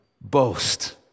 Boast